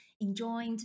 enjoyed